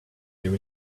there